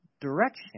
Direction